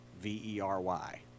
V-E-R-Y